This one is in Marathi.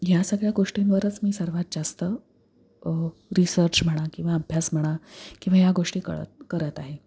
ह्या सगळ्या गोष्टींवरच मी सर्वात जास्त रिसर्च म्हणा किंवा अभ्यास म्हणा किंवा ह्या गोष्टी कळत करत आहे